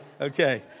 Okay